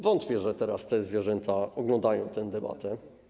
Wątpię, że teraz te zwierzęta oglądają tę debatę.